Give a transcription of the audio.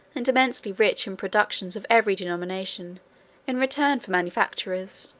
and immensely rich in productions of every denomination in return for manufactures.